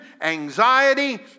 anxiety